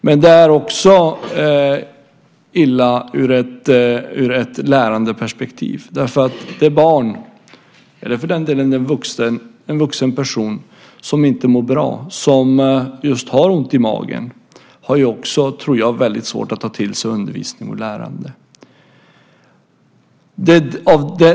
Men det är också illa ur ett lärandeperspektiv, därför att det barn, eller för den delen en vuxen person som inte mår bra, som har ont i magen, har också, tror jag, väldigt svårt att ta till sig undervisning och lärande.